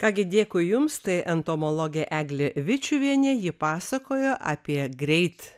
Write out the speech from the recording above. ką gi dėkui jums tai entomologė eglė vičiuvienė ji pasakojo apie greit